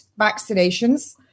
vaccinations